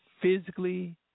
physically